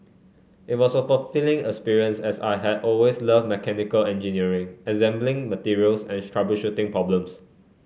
it was a fulfilling experience as I had always loved mechanical engineering assembling materials and troubleshooting problems